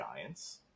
Giants